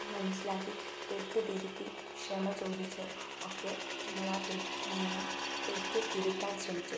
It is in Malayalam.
മനസ്സിലാക്കി തെറ്റ് തിരുത്തി ക്ഷമ ചോദിച്ചോ ഒക്കെ ഞങ്ങൾ ആ തെറ്റ് തിരുത്താൻ ശ്രമിച്ചു